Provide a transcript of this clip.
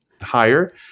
higher